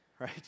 right